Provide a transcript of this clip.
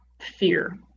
fear